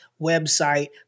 website